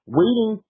waiting